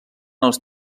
els